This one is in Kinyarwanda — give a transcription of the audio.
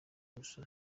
gusa